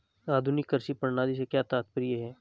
आधुनिक कृषि प्रणाली से क्या तात्पर्य है?